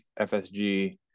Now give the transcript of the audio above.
FSG